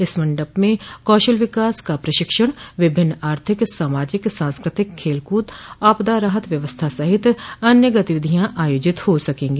इस मंडप में कौशल विकास का प्रशिक्षण विभिन्न आर्थिक सामाजिक सांस्कृतिक खेलकूद आपदा राहत व्यवस्था सहित अन्य गतिविधियां आयोजित हो सकेंगी